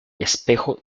espejo